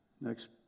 next